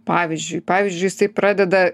pavyzdžiui pavyzdžiui jisai pradeda